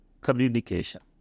communication